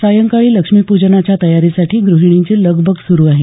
सायंकाळी लक्ष्मीपूजनाच्या तयारीसाठी ग्रहिणींची लगबग सुरू आहे